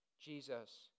Jesus